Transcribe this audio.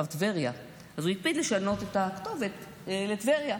טבריה, אז הוא הקפיד לשנות את הכתובת לטבריה.